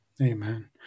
Amen